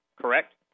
correct